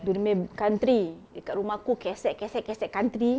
dia ru~ main country dekat rumah aku cassette cassette cassette country